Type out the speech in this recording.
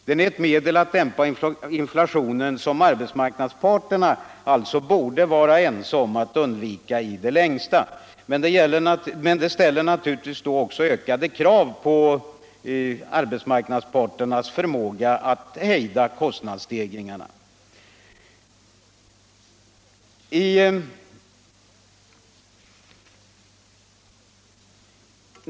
Den är ett inflationsdämpande medel som arbetsmarknadsparterna borde vara ense om att undvika i det längsta. Men det ställs naturligtvis då också ökade krav på arbetsmarknadsparternas förmåga att hejda kostnadsstegringarna.